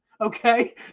okay